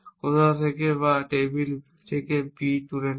কোথাও থেকে বা টেবিল থেকে B তুলে নিন